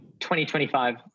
2025